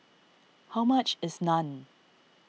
how much is Naan